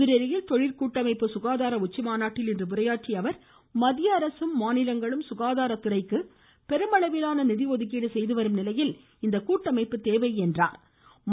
புதுதில்லியில் தொழில் கூட்டமைப்பு சுகாதார உச்சிமாநாட்டில் இன்று உரையாற்றிய அவர் மத்திய அரசும் மாநிலங்களும் சுகாதார துறைக்கு பெருமளவிலான ஒதுக்கீடு செய்து வரும் நிலையில் இந்த கூட்டமைப்பு தேவை நிதி என்று சுட்டிக்காட்டினார்